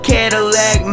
Cadillac